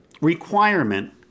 requirement